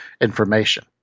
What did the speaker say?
information